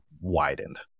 widened